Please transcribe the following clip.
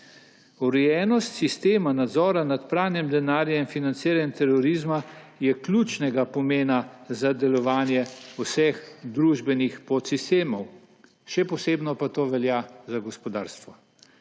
Urejenost sistema nadzora nad pranjem denarja in financiranje terorizma je ključnega pomena za delovanje vseh družbenih podsistemov. Še posebej pa to velja za gospodarstvo.